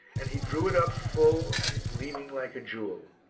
and he drew it up full and gleaming like a jewel.